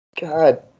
God